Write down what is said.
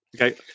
Okay